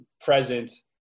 present